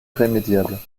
irrémédiable